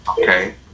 Okay